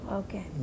okay